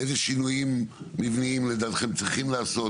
אילו שינויים מבניים לדעתכם צריכים לעשות?